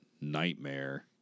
nightmare